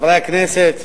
חברי הכנסת,